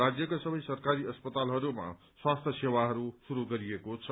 राज्यका सबै सरकारी अस्पतालहरूमा स्वास्थ्य सेवाहरू शुरू गरिएको छ